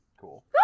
Cool